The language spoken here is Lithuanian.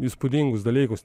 įspūdingus dalykus